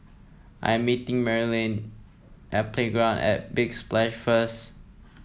I'm meeting Maryjane at Playground at Big Splash first